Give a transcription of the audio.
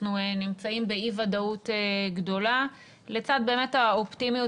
אנחנו נמצאים באי ודאות גדולה לצד האופטימיות